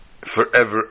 forever